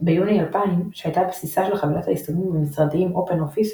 ביוני 2000 שהייתה בסיסה של חבילת היישומים המשרדיים אופן אופיס,